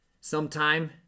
sometime